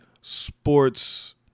sports